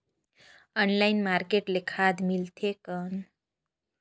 Online market ले खाद मिलथे कौन?